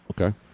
Okay